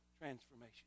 transformation